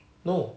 no